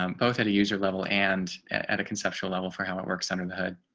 um both at a user level and at a conceptual level for how it works under the hood.